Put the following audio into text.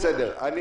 אוקיי.